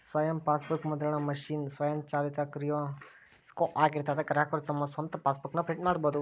ಸ್ವಯಂ ಫಾಸ್ಬೂಕ್ ಮುದ್ರಣ ಮಷೇನ್ ಸ್ವಯಂಚಾಲಿತ ಕಿಯೋಸ್ಕೊ ಆಗಿರ್ತದಾ ಗ್ರಾಹಕರು ತಮ್ ಸ್ವಂತ್ ಫಾಸ್ಬೂಕ್ ನ ಪ್ರಿಂಟ್ ಮಾಡ್ಕೊಬೋದು